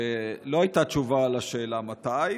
שלא הייתה תשובה לשאלה מתי,